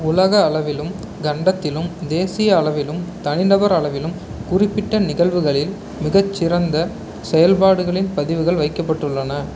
உலக அளவிலும் கண்டத்திலும் தேசிய அளவிலும் தனிநபர் அளவிலும் குறிப்பிட்ட நிகழ்வுகளில் மிகச்சிறந்த செயல்பாடுகளின் பதிவுகள் வைக்கப்பட்டுள்ளன